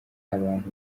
abantu